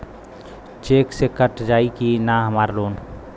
Check से cut जाई की ना हमार लोन?